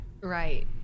Right